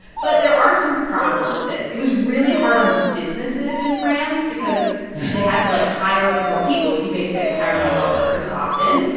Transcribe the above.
but there are some problems with this. it was really hard on businesses in france because they had to, like, hire more people. you basically have to hire more workers often.